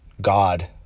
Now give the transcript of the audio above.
God